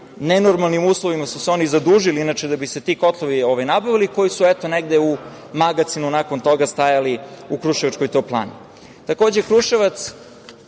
nenormalnim uslovima su se oni zadužili da bi se ti kotlovi nabavili, koji su, eto, negde u magacinu nakon toga stajali u kruševačkoj toplani. Takođe, Kruševac